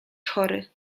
chory